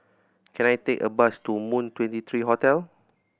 can I take a bus to Moon Twenty three Hotel